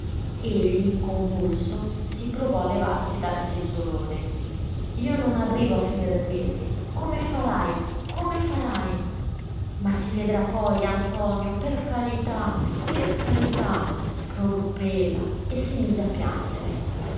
guarire egli convulso si provò a levarsi dal seggiolone io non arrivo a finire il mese come farai come farai ma si vedrà poi antonio per carità per carità proruppe ella e si mise a piangere